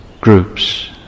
groups